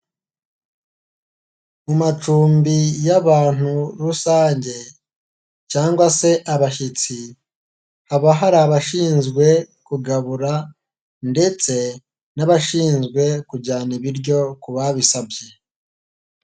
Mu macumbi y'abantu rusange cyangwa se abashyitsi, haba hari abashinzwe kugabura ndetse n'abashinzwe kujyana ibiryo ku babisabye.